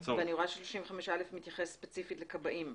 אבל אני רואה ש-35א מתייחס ספציפית לכבאים.